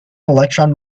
electron